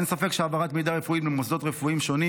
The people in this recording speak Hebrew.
אין ספק שהעברת מידע רפואי בין מוסדות רפואיים שונים